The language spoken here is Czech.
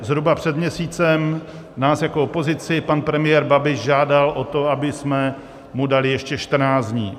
Zhruba před měsícem nás jako opozici pan premiér Babiš žádal o to, abychom mu dali ještě 14 dní;